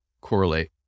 correlate